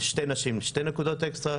על שתי נשים, שתי נקודות אקסטרה.